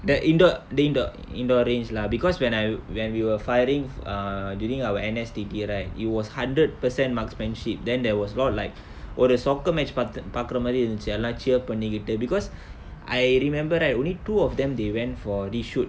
the indoor the indoor indoor range lah because when I when we were firing err during our N_S_T_T right it was hundred percent marksmanship then there was a lot like ஒரு:oru soccer match பாத்து பாக்குறமாரிய இருந்துச்சு எல்லா:paaththu paakkuramaariya irunthuchu ellaa cheer பண்ணிக்கிட்டு:pannikittu because I remember right only two of them they went for this shoot